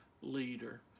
leader